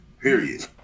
Period